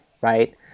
right